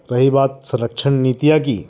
रही बात संरक्षण नीतियाँ की